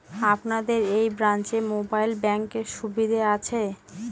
আপনাদের এই ব্রাঞ্চে মোবাইল ব্যাংকের সুবিধে আছে?